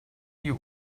you